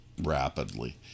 rapidly